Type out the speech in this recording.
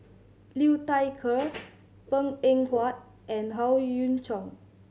Liu Thai Ker Png Eng Huat and Howe Yoon Chong